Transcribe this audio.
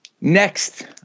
next